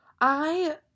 I-